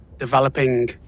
developing